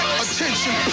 Attention